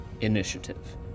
initiative